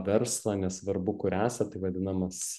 verslą nesvarbu kur esat tai vadinamas